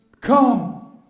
come